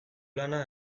lana